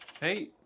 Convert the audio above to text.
hey